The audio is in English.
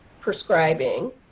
prescribing